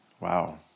wow